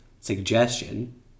suggestion